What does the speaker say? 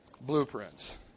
blueprints